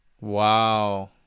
wow